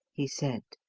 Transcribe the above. he said.